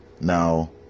Now